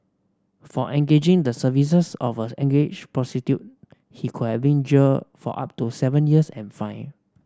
for engaging the services of an underage prostitute he could have been jailed for up to seven years and fined